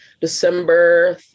December